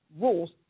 rules